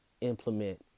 implement